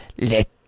Let